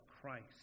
Christ